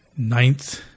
ninth